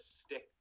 stick